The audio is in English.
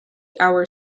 hour